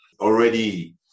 already